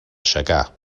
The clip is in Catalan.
aixecar